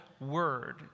word